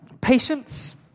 Patience